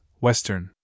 Western